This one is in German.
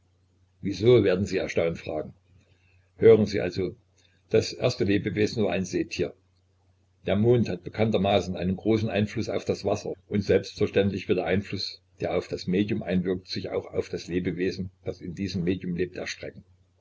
wieso werden sie erstaunt fragen hören sie also das erste lebewesen war ein seetier der mond hat bekanntermaßen einen großen einfluß auf das wasser und selbstverständlich wird der einfluß der auf das medium einwirkt sich auch auf das lebewesen das in diesem medium lebt erstrecken